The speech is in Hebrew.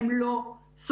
הם לא שורדים.